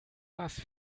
las